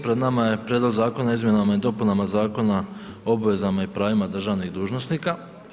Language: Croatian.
Pred nama je Prijedlog zakona o izmjenama i dopunama Zakona o obvezama i pravima državnih dužnosnika.